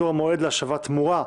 (תיקון - קיצור המועד להשבת התמורה),